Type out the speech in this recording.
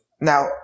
Now